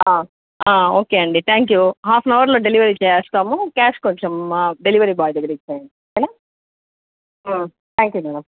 okay అండీ thank you హాఫ్నవర్లో delivery చేసేస్తాము క్యాష్ కొంచం డెలివరీ బాయ్ దగ్గర ఇచ్చేయండి ఓకే నా థ్యాంక్ యూ మేడం